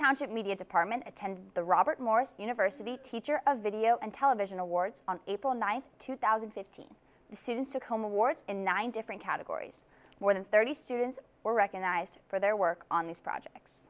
township media department attend the robert morris university teacher of video and television awards on april ninth two thousand and fifteen the students took home awards in nine different categories more than thirty students were recognized for their work on these projects